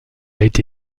été